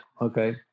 Okay